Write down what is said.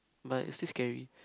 but it's still scary